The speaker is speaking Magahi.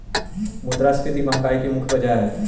मुद्रास्फीति महंगाई की मुख्य वजह हई